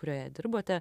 kurioje dirbote